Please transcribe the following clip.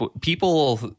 people